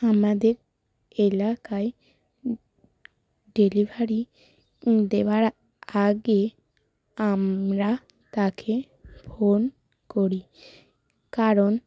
আমাদের এলাকায় ডেলিভারি দেওয়ার আগে আমরা তাকে ফোন করি কারণ